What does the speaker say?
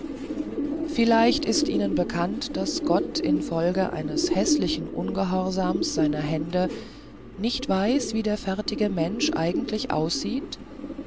vielleicht ist es ihnen bekannt daß gott infolge eines häßlichen ungehorsams seiner hände nicht weiß wie der fertige mensch eigentlich aussieht